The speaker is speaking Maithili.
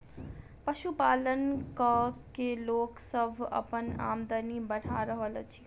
पशुपालन क के लोक सभ अपन आमदनी बढ़ा रहल अछि